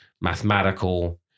mathematical